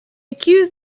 accuse